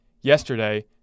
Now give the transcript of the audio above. Yesterday